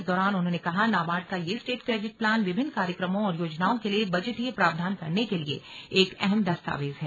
इस दौरान उन्होंने कहा नाबार्ड का यह स्टेट क्रेडिट प्लान विभिन्न कार्यक्रमों और योजनाओं के लिये बजटीय प्रावधान करने के लिये एक अहम दस्तावेज है